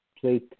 play